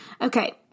Okay